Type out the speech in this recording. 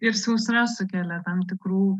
ir sausra sukelia tam tikrų